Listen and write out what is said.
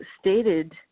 stated